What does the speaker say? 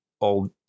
old